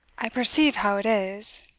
i perceive how it is,